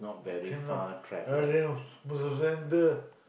can lah rather than Mustafa-Centre